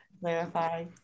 Clarify